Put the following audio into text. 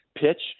pitch